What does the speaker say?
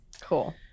Cool